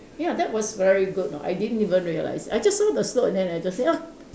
ya that was very good you know I didn't even realise I just saw the slope and just say ah